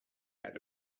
had